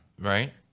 Right